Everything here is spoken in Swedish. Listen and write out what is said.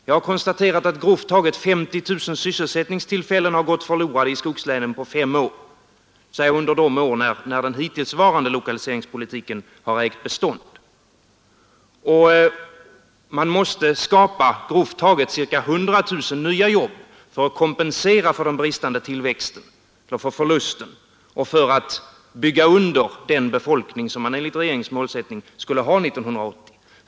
Jag har konstaterat att grovt taget 50 000 sysselsättningstillfällen har gått förlorade i skogslänen på fem år, under de år då den hittillsvarande lokaliseringspolitiken har ägt bestånd. Man måste skapa grovt räknat 100 000 nya jobb för att kompensera förlusten och för att bygga under den befolkning som dessa län enligt regeringens målsättning skall ha 1980.